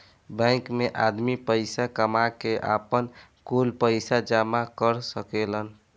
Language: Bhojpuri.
बैंक मे आदमी पईसा कामा के, आपन, कुल पईसा जामा कर सकेलन